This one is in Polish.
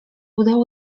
udało